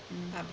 mm